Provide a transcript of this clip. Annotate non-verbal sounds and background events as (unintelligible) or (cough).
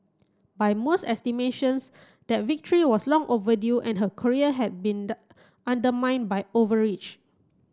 by most estimations that victory was long overdue and her career had been (unintelligible) undermine by overreach